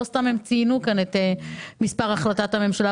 לא סתם הם ציינו כאן את מספר החלטת הממשלה.